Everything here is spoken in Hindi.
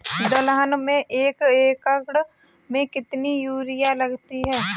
दलहन में एक एकण में कितनी यूरिया लगती है?